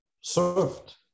served